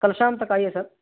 کل شام تک آئیے سر